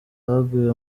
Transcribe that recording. baguye